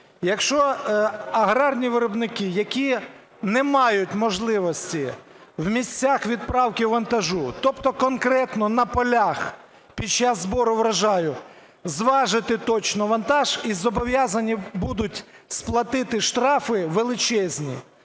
Якщо аграрні виробники, які не мають можливості в місцях відправки вантажу, тобто конкретно на полях під час збору врожаю зважити точно вантаж. І зобов'язані будуть сплатити штрафи величезні,